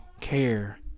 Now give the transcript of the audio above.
care